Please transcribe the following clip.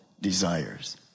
desires